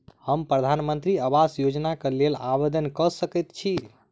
हम प्रधानमंत्री आवास योजना केँ लेल आवेदन कऽ सकैत छी?